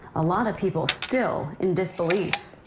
a lot of people still in disbelief.